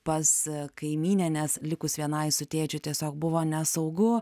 pas kaimynę nes likus vienai su tėčiu tiesiog buvo nesaugu